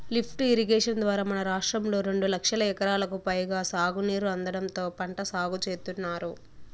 lift irrigation ద్వారా మన రాష్ట్రంలో రెండు లక్షల ఎకరాలకు పైగా సాగునీరు అందడంతో పంట సాగు చేత్తున్నారు